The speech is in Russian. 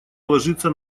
ложится